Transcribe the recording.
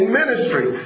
ministry